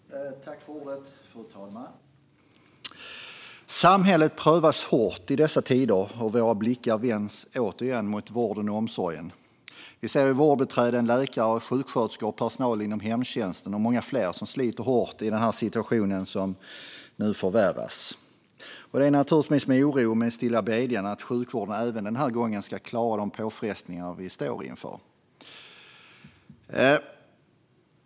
Fru talman! Samhället prövas hårt i dessa tider, och våra blickar vänds återigen mot vården och omsorgen. Vi ser hur vårdbiträden, läkare, sjuksköterskor, personal i hemtjänsten och många fler sliter hårt i en situation som nu förvärras, och det gör vi naturligtvis med oro och med en stilla bedjan om att sjukvården även den här gången ska klara de påfrestningar som den står inför.